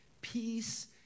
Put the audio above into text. Peace